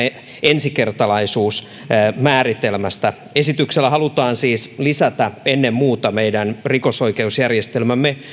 ensikertalaisuusmääritelmästä esityksellä halutaan ennen muuta lisätä meidän rikosoikeusjärjestelmämme